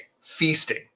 feasting